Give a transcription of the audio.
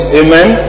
amen